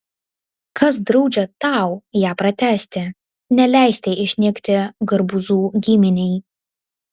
kas draudžia tau ją pratęsti neleisti išnykti garbuzų giminei